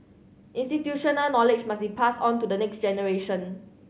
institutional knowledge must it passed on to the next generation